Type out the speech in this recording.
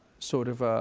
sort of